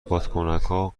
بادکنکا